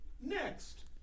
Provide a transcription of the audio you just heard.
Next